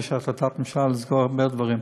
יש החלטת ממשלה לסגור הרבה דברים.